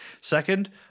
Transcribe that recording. Second